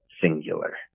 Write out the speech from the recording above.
singular